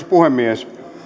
puhemies